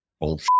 old